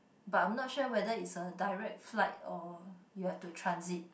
but I'm not sure whether it's a direct flight or you have to transit